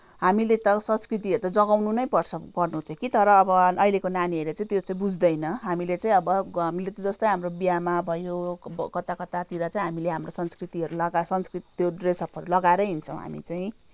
हामीले त संस्कृतिहरू त जोगाउनु नै पर्छ पर्नु चाहिँ कि तर अब अहिलेको नानीहरूले चाहिँ त्यो चाहिँ बुझ्दैन हामीले चाहिँ अब हामीले त जस्तै अब बिहामा भयो कता कतातिर चाहिँ हामीले हाम्रो संस्कृतिहरू लगा संस्कृति त्यो ड्रेसअपहरू लगाएर नै हिँड्छौँ हामी चाहिँ